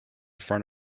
front